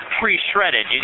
pre-shredded